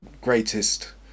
greatest